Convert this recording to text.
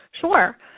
Sure